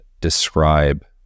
describe